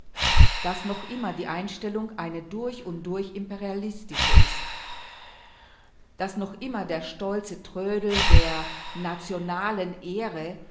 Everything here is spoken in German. daß noch immer die einstellung eine durch und durch imperialistische ist daß noch immer der stolze trödel der nationalen ehre